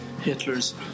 Hitler's